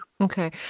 Okay